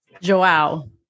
Joao